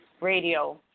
radio